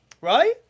Right